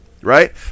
right